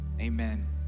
amen